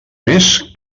més